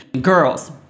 girls